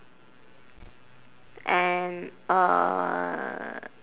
and uhh